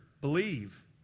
Believe